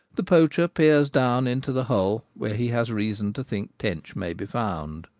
the poacher peers down into the hole where he has reason to think tench may be found.